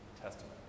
Testament